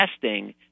testing